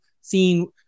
seeing